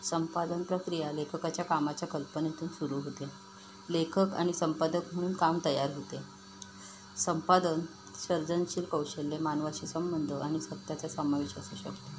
संपादन प्रक्रिया लेखकाच्या कामाच्या कल्पनेतून सुरू होते लेखक आणि संपादक म्हणून काम तयार होते संपादन सर्जनशील कौशल्य मानवाशी संबंध आणि सत्याच्या समावेश असू शकतो